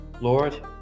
Lord